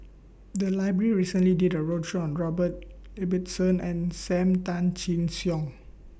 The Library recently did A roadshow on Robert Ibbetson and SAM Tan Chin Siong